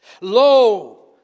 Lo